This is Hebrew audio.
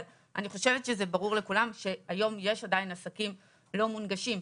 אבל אני חושבת שברור לכולם שהיום יש עדיין עסקים לא מונגשים,